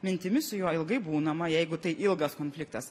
mintimis su juo ilgai būnama jeigu tai ilgas konfliktas